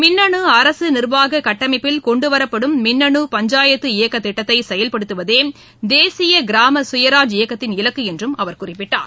மின்னு அரசு நிர்வாக கட்டமைப்பில் கொண்டுவரப்படும் மின்னணு பஞ்சாயத்து இயக்க திட்டத்தை செயல்படுத்துவதே தேசிய கிராம சுயராஜ் இயக்கத்தின் இலக்கு என்றும் அவர் குறிப்பிட்டார்